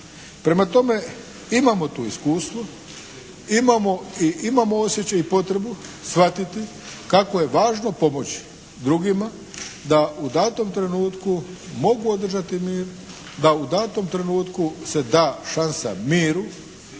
Prema tome, imamo tu iskustvo. Imamo i osjećaj i potrebu shvatiti kako je važno pomoći drugima da u datom trenutku mogu održati mir, da u datom trenutku se da šansa miru,